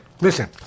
Listen